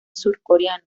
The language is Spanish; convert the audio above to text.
surcoreano